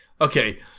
Okay